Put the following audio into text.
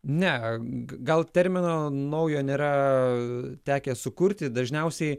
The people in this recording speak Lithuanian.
ne gal termino naujo nėra tekę sukurti dažniausiai